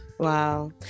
wow